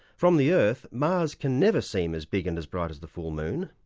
from the earth, mars can never seem as big and as bright as the full moon,